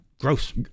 gross